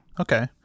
Okay